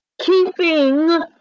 keeping